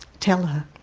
tell her.